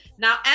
now